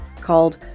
called